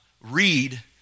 read